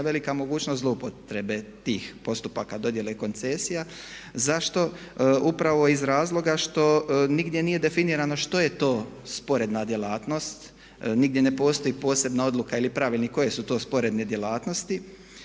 velika mogućnost zloupotrebe tih postupaka dodjele koncesije. Zašto? Upravo iz razloga što nigdje nije definirano što je to sporedna djelatnost. Nigdje ne postoji posebna odluka ili pravilnik koje su to sporedne djelatnosti